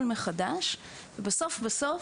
מחדש ובסוף בסוף,